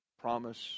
promise